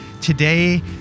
Today